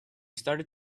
started